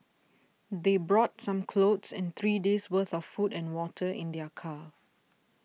they brought some clothes and three days' worth of food and water in their car